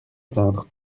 plaindre